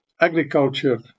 Agriculture